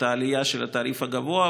את העלייה של התעריף הגבוה,